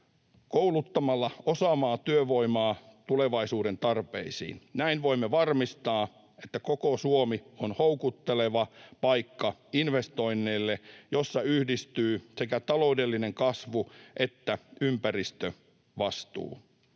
kouluttamalla osaavaa työvoimaa tulevaisuuden tarpeisiin. Näin voimme varmistaa, että koko Suomi on investoinneille houkutteleva paikka, jossa yhdistyy sekä taloudellinen kasvu että ympäristövastuu.